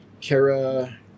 Kara